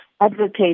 advocate